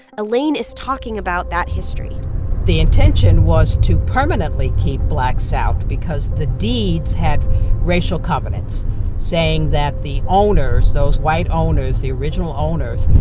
elaine is talking about that history the intention was to permanently keep blacks out because the deeds had racial covenants saying that the owners, those white owners, the original owners,